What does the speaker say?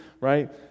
Right